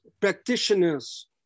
practitioners